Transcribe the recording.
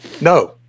No